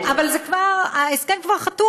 כן, אבל ההסכם כבר חתום.